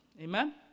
Amen